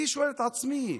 אני שואל את עצמי: